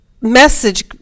message